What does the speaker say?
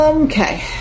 okay